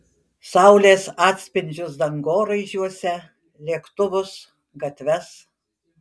saulės atspindžius dangoraižiuose lėktuvus gatves